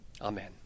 Amen